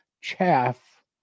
chaff